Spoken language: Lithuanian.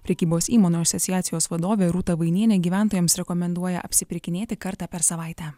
prekybos įmonių asociacijos vadovė rūta vainienė gyventojams rekomenduoja apsipirkinėti kartą per savaitę